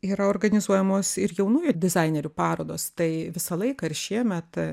yra organizuojamos ir jaunųjų dizainerių parodos tai visą laiką ir šiemet